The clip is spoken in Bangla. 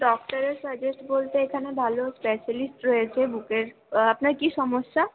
ডক্টরের সাজেস্ট বলতে এখানে ভালো স্পেশালিস্ট রয়েছে বুকের আপনার কী সমস্যা